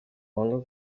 wanga